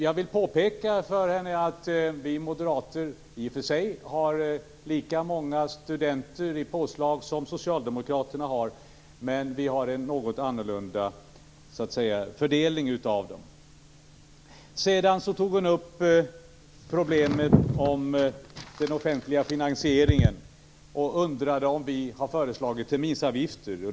Jag vill påpeka för henne att vi moderater i och för sig föreslår ett påslag med lika många studenter som socialdemokraterna gör, men att vi har en något annorlunda fördelning. Sedan tog Majléne Westerlund Panke upp problemen med den offentliga finansieringen och undrade om vi har föreslagit terminsavgifter.